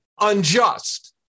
unjust